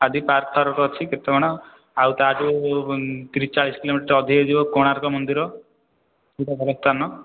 ଆଦି ପାର୍କ ଫାର୍କ ଅଛି କେତେ କ'ଣ ଆଉ ତାଠୁ ତିରିଶ ଚାଳିଶ କିଲୋମିଟର ଅଧିକ ଯିବ କୋଣାର୍କ ମନ୍ଦିର ସେଇଟା ଭଲ ସ୍ଥାନ